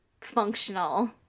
functional